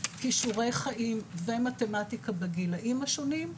כישורי חיים ומתמטיקה בגילאים השונים,